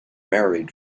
married